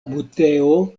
buteo